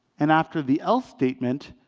and after the else statement,